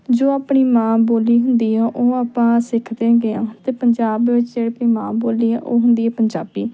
ਜੋ ਆਪਣੀ ਮਾਂ ਬੋਲੀ ਹੁੰਦੀ ਆ ਉਹ ਆਪਾਂ ਸਿੱਖਦੇ ਹੈਗੇ ਹਾਂ ਅਤੇ ਪੰਜਾਬ ਵਿੱਚ ਆਪਣੀ ਮਾਂ ਬੋਲੀ ਹੈ ਉਹ ਹੁੰਦੀ ਹੈ ਪੰਜਾਬੀ